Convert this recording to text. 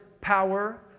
power